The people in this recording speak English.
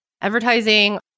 advertising